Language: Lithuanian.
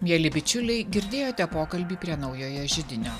mieli bičiuliai girdėjote pokalbį prie naujojo židinio